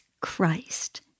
Christ